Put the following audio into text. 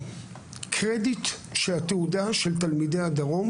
הקרדיט של התעודה של תלמידי הדרום.